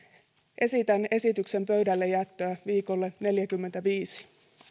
esitän esityksen pöydälle jättöä viikolle neljäkymmentäviisi